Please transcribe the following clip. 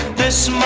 this